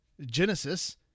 Genesis